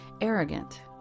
arrogant